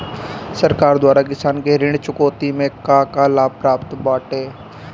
सरकार द्वारा किसानन के ऋण चुकौती में का का लाभ प्राप्त बाटे?